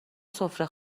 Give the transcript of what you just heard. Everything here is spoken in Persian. سفره